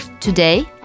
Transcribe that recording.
Today